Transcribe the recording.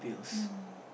no